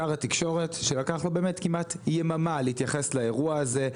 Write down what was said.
שר התקשורת שלקח לו באמת כמעט יממה להתייחס לאירוע הזה.